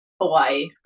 hawaii